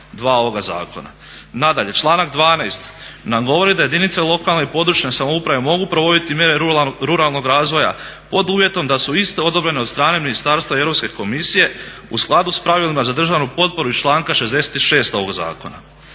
Nadalje, članak 12. nam govori da jedinice lokalne i područne samouprave mogu provoditi mjere ruralnog razvoja pod uvjetom da su iste odobrene od strane ministarstva i Europske komisije u skladu sa pravilima za državnu potporu iz članka 66. ovoga zakona.